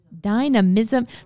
Dynamism